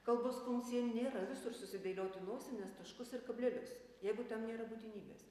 kalbos funkcija nėra visur susidailioti nosines taškus ir kablelius jeigu tam nėra būtinybės